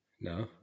No